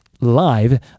live